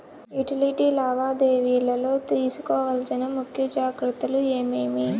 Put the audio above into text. Utility లావాదేవీల లో తీసుకోవాల్సిన ముఖ్య జాగ్రత్తలు ఏమేమి?